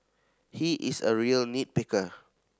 he is a real nit picker